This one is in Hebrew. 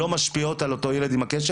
לא משפיעות על אותו ילד על הקשת?